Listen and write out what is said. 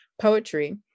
poetry